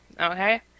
okay